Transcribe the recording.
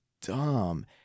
dumb